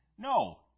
No